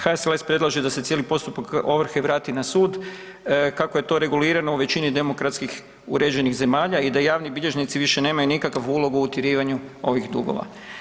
HSLS predlaže da se cijeli postupak ovrhe vrati na sud kako je to regulirano u većini demokratskih uređenih zemalja i da javni bilježnici više nemaju nikakav ulog u utjerivanju ovih dugova.